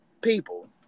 people